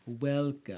welcome